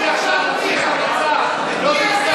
אני קורא אותך לסדר בפעם השנייה.